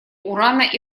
урана